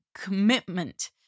commitment